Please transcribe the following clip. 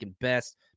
best